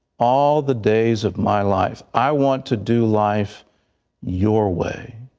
all the days of my life. i want to do life your way.